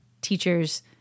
teachers